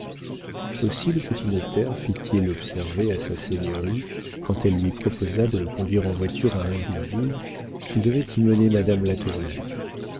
aussi le petit notaire fit-il observer à sa seigneurie quand elle lui proposa de le conduire en voiture à ingouville qu'il devait y mener madame latournelle